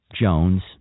Jones